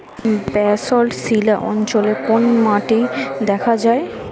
Basalt শিলা অঞ্চলে কোন মাটি দেখা যায়?